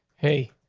hey,